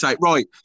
Right